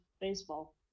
baseball